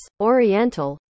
Oriental